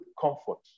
comfort